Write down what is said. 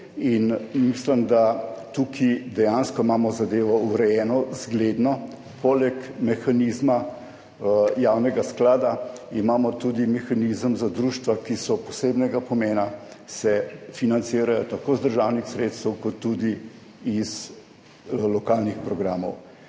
Mislim, da imamo tukaj dejansko zadevo urejeno zgledno. Poleg mehanizma javnega sklada imamo tudi mehanizem za društva, ki so posebnega pomena, se financirajo tako iz državnih sredstev kot tudi iz lokalnih programov.